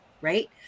right